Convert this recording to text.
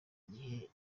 igihe